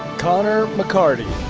conor mccarty.